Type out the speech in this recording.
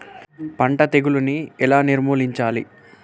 పంట తెగులుని ఎలా నిర్మూలించాలి?